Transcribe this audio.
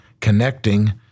connecting